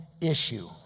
issue